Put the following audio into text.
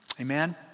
Amen